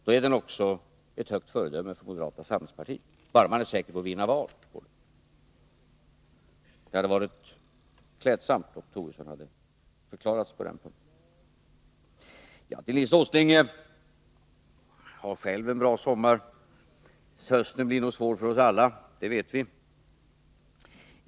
Är det så att detta är ett högt föredöme för moderata samlingspartiet, bara man är säker på att vinna valet? Det hade som sagt varit klädsamt om Lars Tobisson förklarat sig på den punkten. Till Nils Åsling vill jag säga: Ha själv en bra sommar! Hösten blir svår för oss alla — det vet vi.